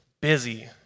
busy